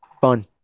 fun